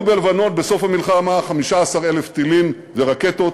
היו בלבנון בסוף המלחמה 15,000 טילים ורקטות